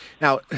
Now